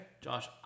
Josh